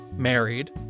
married